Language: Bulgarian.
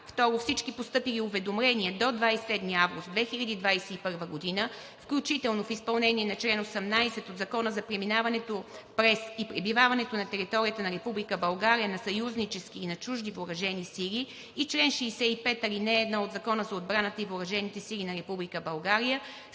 2. Всички постъпили уведомления до 27 август 2021 г. включително в изпълнение на чл. 18 от Закона за преминаването през и пребиваването на територията на Република България на съюзнически и чужди въоръжени сили и чл. 65, ал. 1 от Закона за отбраната и въоръжените сили на